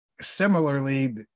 Similarly